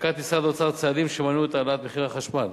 נקט משרד האוצר צעדים שמנעו את העלאת מחיר החשמל